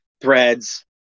Threads